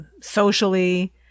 socially